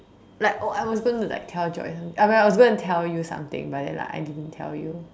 like oh I was going to like to tell Joyce I mean I was going to tell you something but then I didn't tell you